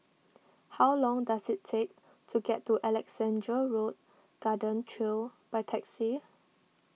how long does it take to get to Alexandra Road Garden Trail by taxi